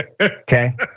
Okay